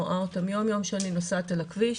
רואה אותם יום-יום כשאני נוסעת על הכביש.